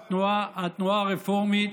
התנועה הרפורמית.